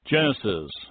Genesis